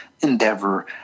endeavor